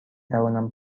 توانم